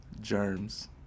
Germs